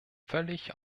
völlig